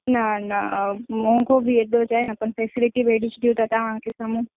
न न मूं को बि एॾो चए न फैसिलिटी बि एॾी ॾियो तव्हां तव्हांजे साम्हूं